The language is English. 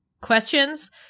questions